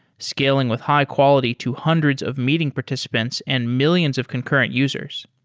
scaling with high-quality to hundreds of meeting participants and millions of concurrent users.